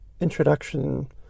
introduction